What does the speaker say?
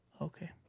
Okay